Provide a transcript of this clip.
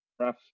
Rough